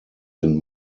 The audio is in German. den